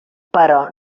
però